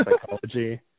psychology